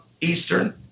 Eastern